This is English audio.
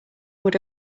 would